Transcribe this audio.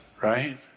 right